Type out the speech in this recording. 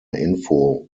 info